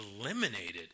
eliminated